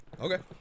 okay